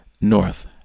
North